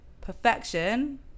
Perfection